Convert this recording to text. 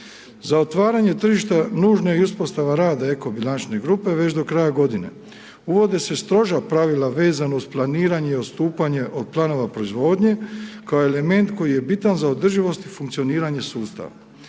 Za otvaranje tržišta nužna je i uspostava rada eko bilančne grupe već do kraja godine. Uvode se stroža pravila vezana uz planiranje i odstupanje od planova proizvodnje kao element koji je bitan za održivost i funkcioniranje sustava.